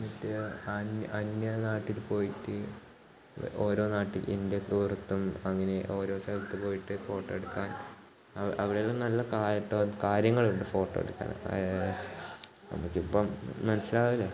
മറ്റേ അന്യ അന്യ നാട്ടിൽപ്പോയിട്ട് ഓരോ നാട്ടിൽ ഇന്ത്യയ്ക്ക് പുറത്തും അങ്ങനെ ഓരോ സ്ഥലത്ത് പോയിട്ട് ഫോട്ടോ എടുക്കാൻ അ അവിടെയെല്ലാം നല്ല കാട് കാര്യങ്ങളുണ്ട് ഫോട്ടോ എടുക്കാൻ നമുക്ക് ഇപ്പം മനസ്സിലാവുമല്ലോ